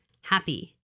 happy